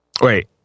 Wait